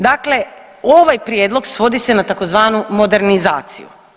Dakle, ovaj prijedlog svodi se na tzv. modernizaciju.